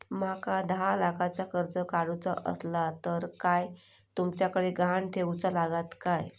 माका दहा लाखाचा कर्ज काढूचा असला तर काय तुमच्याकडे ग्हाण ठेवूचा लागात काय?